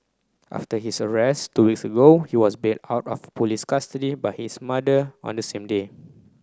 after his arrest two weeks ago he was bailed out of police custody by his mother on the same day